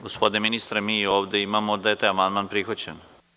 Gospodine ministre, mi ovde imamo da je taj amandman prihvaćen.